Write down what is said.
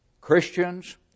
Christians